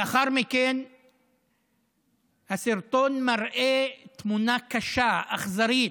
לאחר מכן הסרטון מראה תמונה קשה, אכזרית,